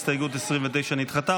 הסתייגות 29 נדחתה.